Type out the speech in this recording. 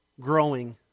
growing